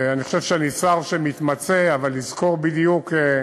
אני חושב שאני שר שמתמצא, אבל לזכור בדיוק,